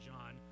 John